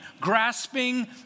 grasping